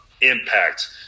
impact